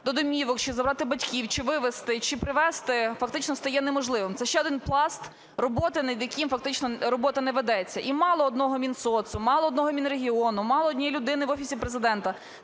до домівок, щоб забрати батьків чи вивезти, чи привезти, фактично стає неможливим. Це ще один пласт роботи, над яким фактично робота не ведеться. І мало одного Мінсоцу, мало одного Мінрегіону, мало однієї людини в Офісі Президента,